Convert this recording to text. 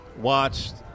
watched